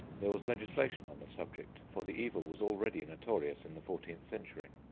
there was legislation on the subject, for the evil was already notorious in the fourteenth century.